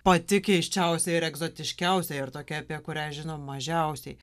pati keisčiausia ir egzotiškiausia ir tokia apie kurią žinom mažiausiai